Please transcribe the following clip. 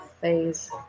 phase